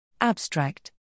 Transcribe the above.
Abstract